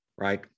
Right